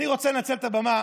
אני רוצה לנצל את הבמה